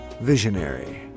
visionary